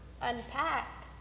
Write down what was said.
unpack